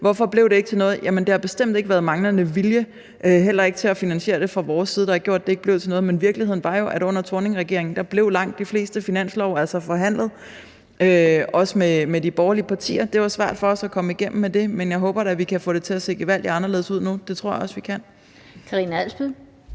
Hvorfor blev det ikke til noget? Jamen det har bestemt ikke været manglende vilje fra vores side, heller ikke til at finansiere det, der har gjort, at det ikke blev til noget. Men virkeligheden var jo, at under Thorning-Schmidt-regeringen blev langt de fleste finanslove altså forhandlet med de borgerlige partier. Det var svært for os at komme igennem med det, men jeg håber da, at vi kan få det til at se gevaldig anderledes ud nu, og det tror jeg også at vi kan. Kl.